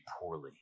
poorly